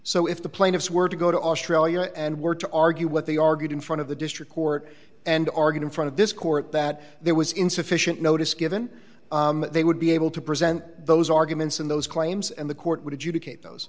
so if the plaintiffs were to go to australia and were to argue what they argued in front of the district court and organ in front of this court that there was insufficient notice given they would be able to present those arguments and those claims and the court would you to keep those